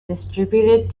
distributed